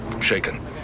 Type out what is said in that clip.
shaken